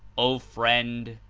o friend!